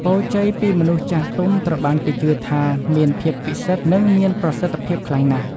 ពរជ័យពីមនុស្សចាស់ទុំត្រូវបានគេជឿថាមានភាពពិសិដ្ឋ និងមានប្រសិទ្ធភាពខ្លាំងណាស់។